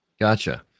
Gotcha